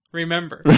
remember